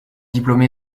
diplômé